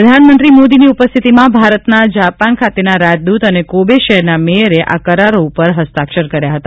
પ્રધાનમંત્રી મોદીની ઉપસ્થિતિમાં ભારતના જાપાન ખાતેના રાજદૂત અને કોબે શહેરના મેયરે આ કરારો ઉપર હસ્તાક્ષર કર્યા હતા